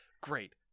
Great